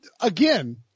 again –